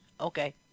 Okay